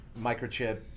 microchip